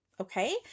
Okay